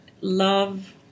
love